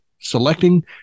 selecting